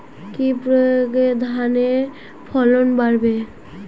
কি প্রয়গে ধানের ফলন বাড়বে?